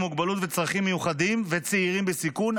עם מוגבלות וצרכים מיוחדים וצעירים בסיכון,